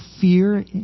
fear